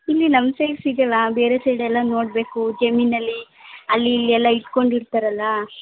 ಇಲ್ಲಿ ನಮ್ಮ ಸೈಡ್ ಸಿಗೋಲ್ಲ ಬೇರೆ ಸೈಡೆಲ್ಲ ನೋಡಬೇಕು ಜಮೀನಲ್ಲಿ ಅಲ್ಲಿ ಇಲ್ಲಿ ಎಲ್ಲ ಇಟ್ಕೊಂಡು ಇರ್ತಾರಲ್ವಾ